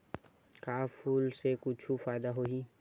का फूल से कुछु फ़ायदा होही?